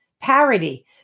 parody